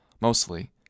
mostly